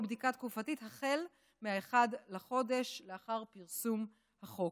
בדיקה תקופתית החל מ-1 בחודש שלאחר פרסום החוק.